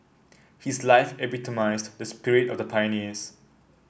his life epitomised the spirit of the pioneers